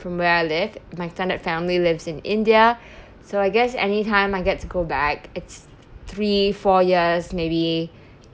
from where I live my extended family lives in india so I guess anytime I get to go back it's three four years maybe